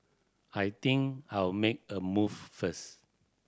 I think I'll make a move first